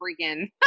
freaking